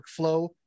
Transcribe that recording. workflow